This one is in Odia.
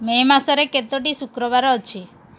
ମେ ମାସରେ କେତୋଟି ଶୁକ୍ରବାର ଅଛି